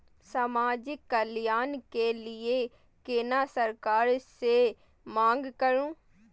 समाजिक कल्याण के लीऐ केना सरकार से मांग करु?